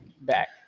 Back